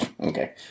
Okay